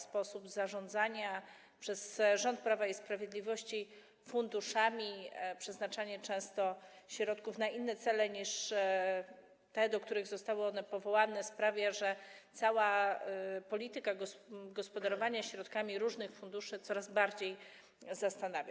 Sposób zarządzania przez rząd Prawa i Sprawiedliwości funduszami, przeznaczanie często środków na inne cele niż te, do których zostały one powołane, sprawiają, że cała polityka gospodarowania środkami różnych funduszy coraz bardziej zastanawia.